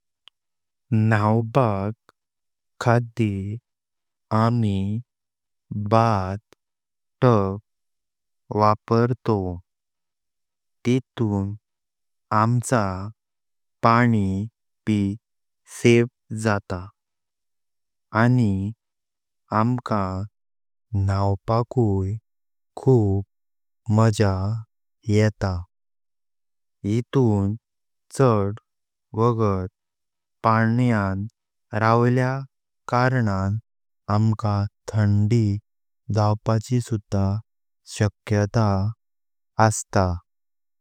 नहवपाक खातीर आमि बार्थ टाब वापर्तोव। तेतं आम्चा पाणी ब सावे जाता। आणि आमका नहवपाकय खूप मज्या येता। येतून चड वोगत पाण्यान रावल्य कारणां आमका थंडी जावपाची सुधा शकत्या अस्त।